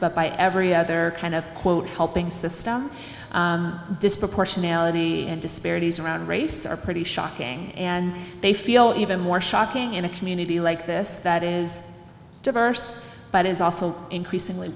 but by every other kind of quote helping system disproportionality disparities around race are pretty shocking and they feel even more shocking in a community like this that is diverse but it's also increasingly